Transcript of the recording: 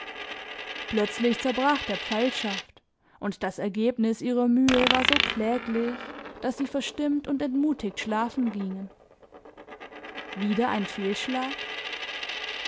plötzlich zerbrach der pfeilschaft und das ergebnis ihrer mühe war so kläglich daß sie verstimmt und entmutigt schlafen gingen wieder ein fehlschlag